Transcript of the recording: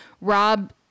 Rob